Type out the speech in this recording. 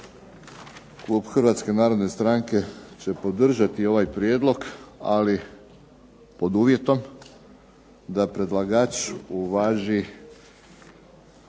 klub Hrvatske narodne stranke će podržati ovaj prijedlog, ali pod uvjetom da predlagač uvaži